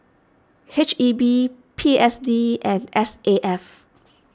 H E B P S D and S A F